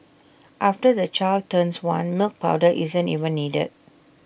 after the child turns one milk powder isn't even needed